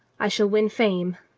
i shall win fame.